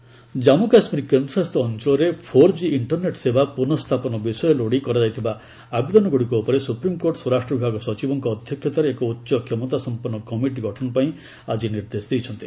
SC JK ଜାନ୍ଥ କାଶ୍ୱୀର କେନ୍ଦ୍ରଶାସିତ ଅଞ୍ଚଳରେ ଫୋର୍ ଜି ଇଷ୍ଟରନେଟ୍ ସେବା ପୁନଃସ୍ଥାପନ ବିଷୟ ଲୋଡ଼ି କରାଯାଇଥିବା ଆବେଦନଗୁଡ଼ିକ ଉପରେ ସୁପ୍ରିମକୋର୍ଟ ସ୍ୱରାଷ୍ଟ୍ର ବିଭାଗ ସଚିବଙ୍କ ଅଧ୍ୟକ୍ଷତାରେ ଏକ ଉଚ୍ଚକ୍ଷମତାସମ୍ପନ୍ନ କମିଟି ଗଠନ ପାଇଁ ଆଜି ନିର୍ଦ୍ଦେଶ ଦେଇଛନ୍ତି